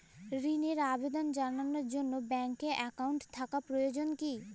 ঋণের আবেদন জানানোর জন্য ব্যাঙ্কে অ্যাকাউন্ট থাকা প্রয়োজন কী?